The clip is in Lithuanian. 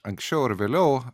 anksčiau ar vėliau